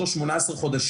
יש לו 18 חודשים.